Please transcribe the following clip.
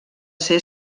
ser